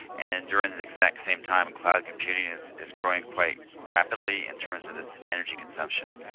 and during this exact same time cloud computing is is growing quite rapidly in terms of its energy consumption.